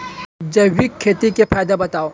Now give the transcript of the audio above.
जैविक खेती के फायदा बतावा?